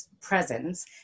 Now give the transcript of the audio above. presence